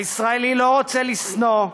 הישראלי לא רוצה לשנוא,